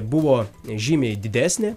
buvo žymiai didesnė